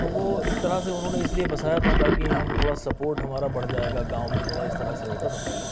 تو وہ ایک طرح سے انہوں نے اس لئے بسایا تھا تاکہ ہم تھوڑا سپورٹ ہمارا بڑھ جائے گا گاؤں میں تھوڑا اس طرح سے ہوتا تھا پہلے